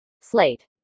Slate